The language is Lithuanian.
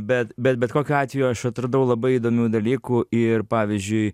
bet bet bet kokiu atveju aš atradau labai įdomių dalykų ir pavyzdžiui